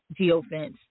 geofence